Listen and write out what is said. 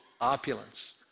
opulence